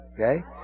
Okay